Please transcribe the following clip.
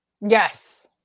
Yes